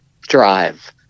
drive